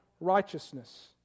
righteousness